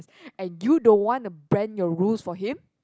and you don't want to brand your rules for him